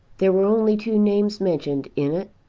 there were only two names mentioned in it.